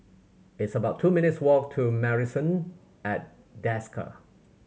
it's about two minutes' walk to Marrison at Desker